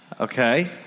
Okay